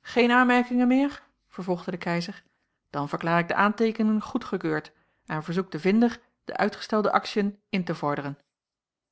geen aanmerkingen meer vervolgde de keizer dan verklaar ik de aanteekeningen goedgekeurd en verzoek den vinder de uitgestelde aktiën in te vorderen